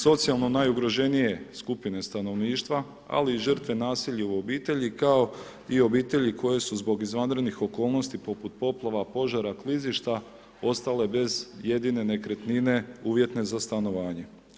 Socijalno najugroženije skupine stanovništva, ali i žrtve nasilja u obitelji, kao i obitelji koje su zbog izvanrednih okolnosti poput poplava, požara, klizišta ostale bez jedine nekretnine uvjetne za stanovanje.